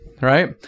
Right